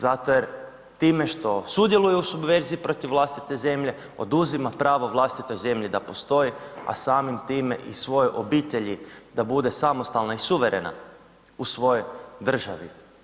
Zato jer tim što sudjeluje u subverziji protiv vlastite zemlje, oduzima pravo vlastitoj zemlji da postoji, a samim time i svojoj obitelji da bude samostalna i suverena u svojoj državi.